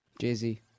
Jay-Z